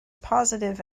positive